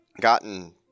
gotten